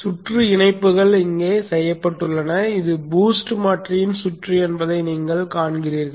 சுற்று இணைப்புகள் இங்கே செய்யப்பட்டுள்ளன இது பூஸ்ட் மாற்றியின் சுற்று என்பதை நீங்கள் காண்கிறீர்கள்